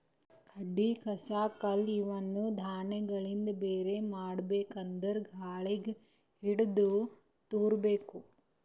ಕಡ್ಡಿ ಕಸ ಕಲ್ಲ್ ಇವನ್ನ ದಾಣಿಗಳಿಂದ ಬ್ಯಾರೆ ಮಾಡ್ಬೇಕ್ ಅಂದ್ರ ಗಾಳಿಗ್ ಹಿಡದು ತೂರಬೇಕು